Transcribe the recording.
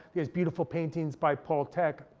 there's beautiful paintings by paul thek.